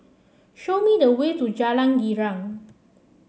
show me the way to Jalan Girang